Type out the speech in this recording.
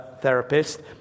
therapist